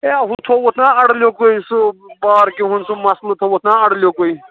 ہے ہُو تھوٚوُتھ نا اَڈٕلیٛوکُے سُہ پارکہِ ہُنٛد سُہ مَسلہٕ تھوٚوُتھ نا اَڈٕلیٛوکُے